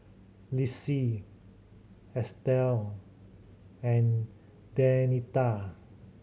Lisle Estelle and Denita